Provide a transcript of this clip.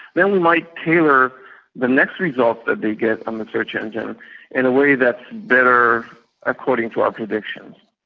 then we might tailor the next result that they get on the search engine in a way that's better according to our predictions.